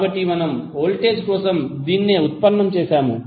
కాబట్టి మనము వోల్టేజ్ కోసం ఇదే ఉత్పన్నం చేశాము